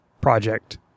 project